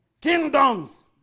kingdoms